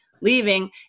leaving